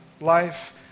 life